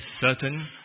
certain